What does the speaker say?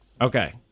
Okay